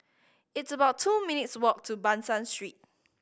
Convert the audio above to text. it's about two minutes' walk to Ban San Street